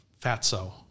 Fatso